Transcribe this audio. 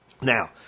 Now